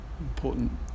Important